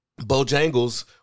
Bojangles